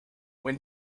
when